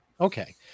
Okay